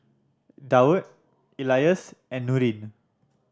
Daud Elyas and Nurin